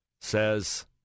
says